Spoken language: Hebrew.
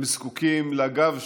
הם זקוקים לגב שלנו.